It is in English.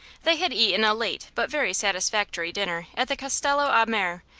they had eaten a late but very satisfactory dinner at the castello-a-mare,